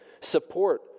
support